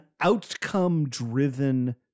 outcome-driven